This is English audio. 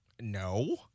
no